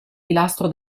pilastro